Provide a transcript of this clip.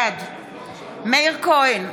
בעד מאיר כהן,